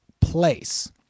place